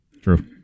True